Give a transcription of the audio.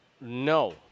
No